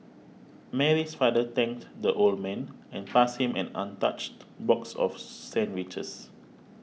Mary's father thanked the old man and passed him an untouched box of sandwiches